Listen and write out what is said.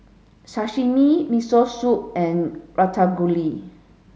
Sashimi Miso Soup and Ratatouille